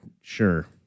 sure